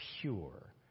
pure